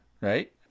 right